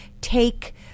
take